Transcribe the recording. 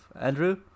Andrew